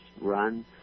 run